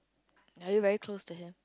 are you very close to him